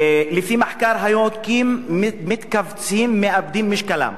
לפי מחקר, היונקים מתכווצים ומאבדים את משקלם.